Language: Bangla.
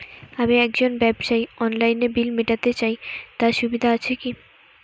আমি একজন ব্যবসায়ী অনলাইনে বিল মিটাতে চাই তার সুবিধা আছে কি?